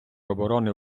оборони